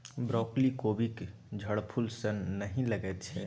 broccoli कोबीक झड़फूल सन नहि लगैत छै